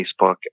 Facebook